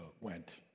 went